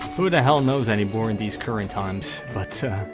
who the hell knows anymore in these current times, but,